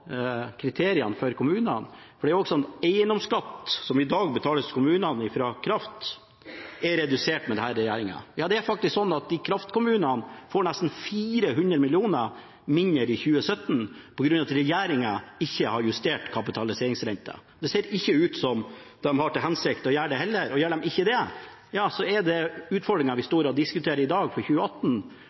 kriteriene for kommunene, for eiendomsskatt som i dag betales til kommunene fra kraft, er redusert under denne regjeringen. Ja, det er faktisk sånn at kraftkommunene får nesten 400 mill. kr mindre i 2017 på grunn av at regjeringen ikke har justert kapitaliseringsrenten. Det ser ikke ut som om de har til hensikt å gjøre det heller, og gjør de ikke det, ja, så er utfordringene vi står og diskuterer i dag, for 2018,